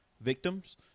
victims